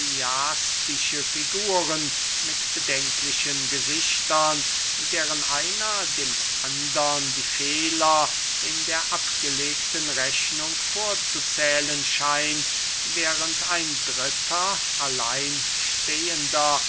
heliastische figuren mit bedenklichen gesichtern deren einer dem andern die fehler in der abgelegten rechnung vorzuzählen scheint während ein dritter